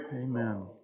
Amen